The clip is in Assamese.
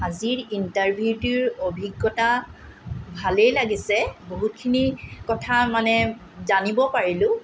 আজিৰ ইণ্টাৰভিউটোৰ অভিজ্ঞতা ভালেই লাগিছে বহুতখিনি বহুতখিনি কথা মানে জানিব পৰিলোঁ